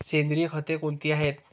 सेंद्रिय खते कोणती आहेत?